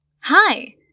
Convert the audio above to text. Hi